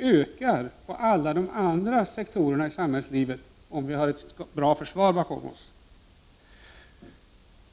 ökar på alla de andra sektorerna i samhällslivet, om vi har ett bra försvar bakom oss.